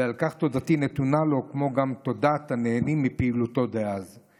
ועל כך תודתי נתונה לו כמו גם תודת הנהנים מפעילותו דאז.